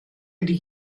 ydy